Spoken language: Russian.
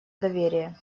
доверия